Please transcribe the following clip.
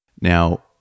now